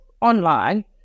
online